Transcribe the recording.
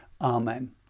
Amen